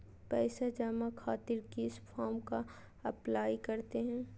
पैसा जमा खातिर किस फॉर्म का अप्लाई करते हैं?